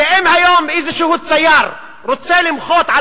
זה אם היום איזה צייר שרוצה למחות על